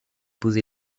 posée